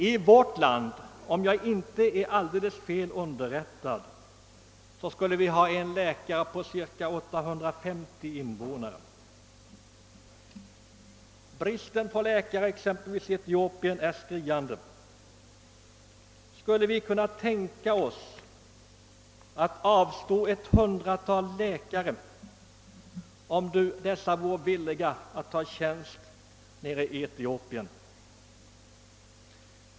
I vårt land — om jag inte är alldeles fel underrättad — har vi en läkare på cirka 850 invånare. Bristen på läkare i Etiopien är alltså skriande. Skulle vi kunna tänka oss att avstå ett hundratal läkare, om dessa vore villiga att ta tjänst i Etiopien?